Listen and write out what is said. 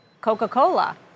Coca-Cola